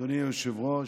אדוני היושב-ראש,